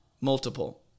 multiple